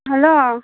hello